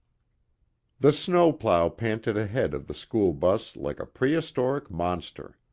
the snowplow panted ahead of the school bus like a prehistoric monster.